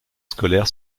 scolaire